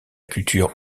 culture